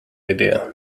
idea